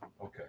okay